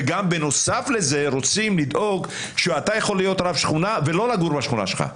ובנוסף רוצים לדאוג שאתה תוכל להיות רב שכונה ולא לגור בשכונה שלך,